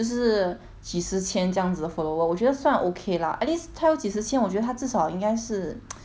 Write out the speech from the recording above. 就是几十千这样子 follower 我觉得算 okay lah at least 他有几十千我觉得他至少应该是